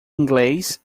inglês